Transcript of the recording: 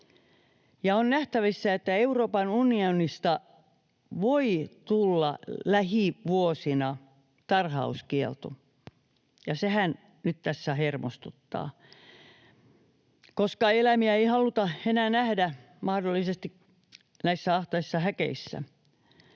On nähtävissä, että Euroopan unionista voi tulla lähivuosina tarhauskielto, ja sehän nyt tässä hermostuttaa, koska eläimiä ei haluta enää nähdä mahdollisesti näissä ahtaissa häkeissä.